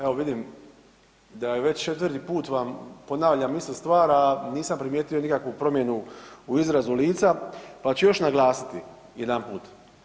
Evo, vidim, da je već 4. put vam ponavljam istu stvar, a nisam primijetio nikakvu promjenu u izrazu lica pa ću još naglasiti jedanput.